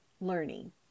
learning